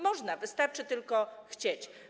Można, wystarczy tylko chcieć.